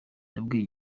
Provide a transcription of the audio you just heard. yabwiye